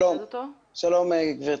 שלום גבירתי.